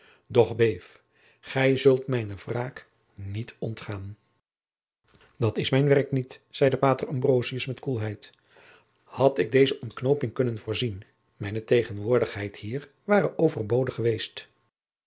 beef gij zult mijne wraak niet ontgaan jacob van lennep de pleegzoon dat is mijn werk niet zeide pater ambrosius met koelheid had ik deze ontknooping kunnen voorzien mijne tegenwoordigheid hier ware overbodig geweest